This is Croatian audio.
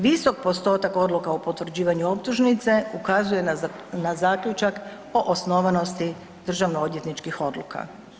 Visok postotak odluka o potvrđivanju optužnice ukazuje na zaključak o osnovanosti državnoodvjetničkih odluka.